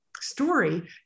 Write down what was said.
story